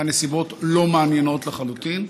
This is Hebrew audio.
והנסיבות לא מעניינות לחלוטין,